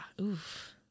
Oof